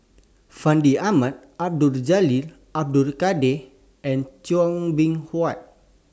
Fandi Ahmad Abdul Jalil Abdul Kadir and Chua Beng Huat